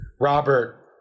Robert